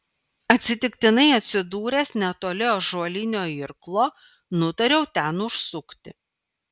atsitiktinai atsidūręs netoli ąžuolinio irklo nutariau ten užsukti